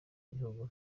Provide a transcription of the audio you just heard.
gihugu